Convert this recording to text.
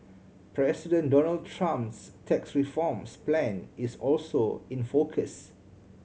President Donald Trump's tax reforms plan is also in focus